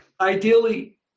ideally